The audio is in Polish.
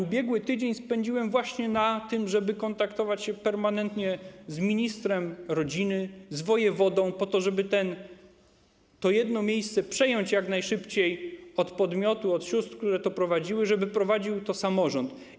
Ubiegły tydzień spędziłem właśnie na tym, żeby kontaktować się permanentnie z ministrem rodziny, z wojewodą, żeby to jedno miejsce przejąć jak najszybciej od podmiotu, od sióstr, które to prowadziły, żeby prowadził to samorząd.